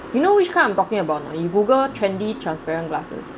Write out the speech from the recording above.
you know which kind I'm talking about anot you Google trendy transparent glasses